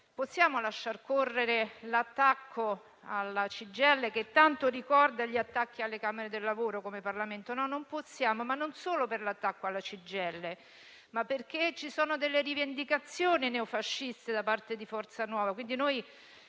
Parlamento lasciar correre l'attacco alla CGIL che tanto ricorda gli attacchi alle camere del lavoro? No, non può, ma non solo per l'attacco alla CGIL, bensì perché ci sono delle rivendicazioni neofasciste da parte di Forza Nuova,